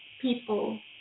people